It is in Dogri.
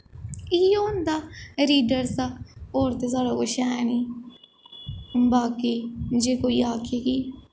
इ'यै होंदा रीडर्स दा होर ते साढ़ा कुछ ऐ निं बाकी जे कोई आक्खै कि